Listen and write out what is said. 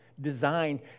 designed